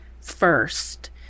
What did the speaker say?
first